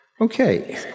Okay